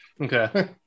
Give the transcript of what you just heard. Okay